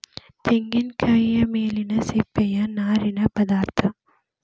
ತೆಂಗಿನಕಾಯಿಯ ಮೇಲಿನ ಸಿಪ್ಪೆಯ ನಾರಿನ ಪದಾರ್ಥ